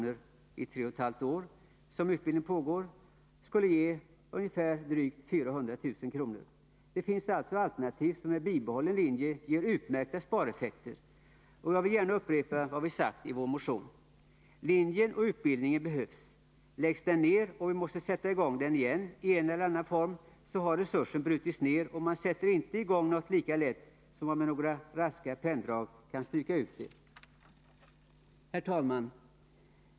i de tre och ett halvt år som utbildningen pågår, skulle bli drygt 400 000 kr. Det finns alltså alternativ som med bibehållen linje ger utmärkta spareffekter. Och jag vill gärna upprepa vad vi sagt i vår motion: Linjen och utbildningen behövs. Läggs den ned och vi måste sätta i gång den igen i en eller annan form så har resursen brutits ned. Man sätter inte i gång något lika lätt som man med några raska penndrag kan stryka ut det! Herr talman!